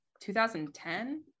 2010